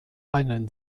einen